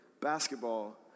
basketball